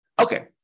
Okay